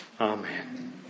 Amen